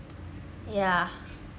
ya